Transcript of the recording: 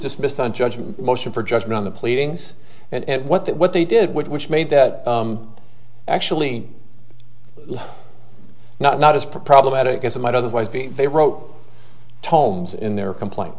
dismissed on judgment motion for judgment on the pleadings and what that what they did with which made that actually not not as problematic as it might otherwise be they wrote tomes in their complaint